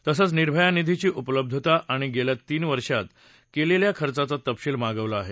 तसंच निर्भया निधीची उपलब्धतता आणि गेल्या तीन वर्षात केलेल्या खर्चाचा तपशिल मागवला आहे